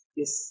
yes